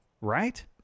right